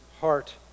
heart